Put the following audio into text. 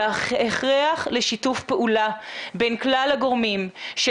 זה ההכרח לשיתוף פעולה בין כלל הגורמים של